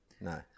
No